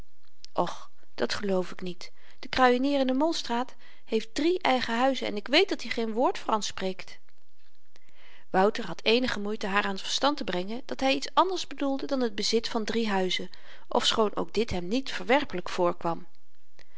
och dat geloof ik niet de kruienier in de molstraat heeft drie eigen huizen en ik weet dat-i geen woord fransch spreekt wouter had eenige moeite haar aan t verstand te brengen dat hy iets anders bedoelde dan t bezit van drie huizen ofschoon ook dit hem niet verwerpelyk voorkwam